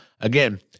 again